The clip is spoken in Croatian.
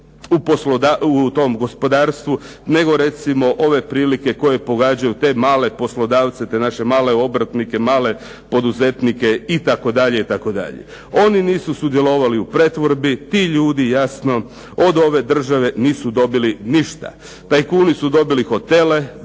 u tom gospodarstvu, nego recimo ove prilike koje pogađaju te male poslodavce, te naše male obrtnike, male poduzetnike itd., itd. Oni nisu sudjelovali u pretvorbi, ti ljudi jasno od ove države nisu dobili ništa. Tajkuni su dobili hotele,